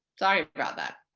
sorry about that.